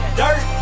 dirt